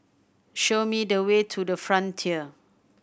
show me the way to The Frontier